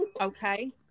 Okay